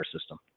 system